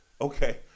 okay